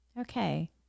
Okay